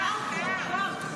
מה ההתעוררות הזאת?